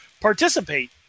participate